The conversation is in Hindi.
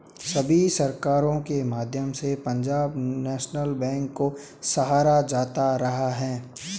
सभी सरकारों के माध्यम से पंजाब नैशनल बैंक को सराहा जाता रहा है